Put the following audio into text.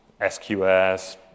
SQS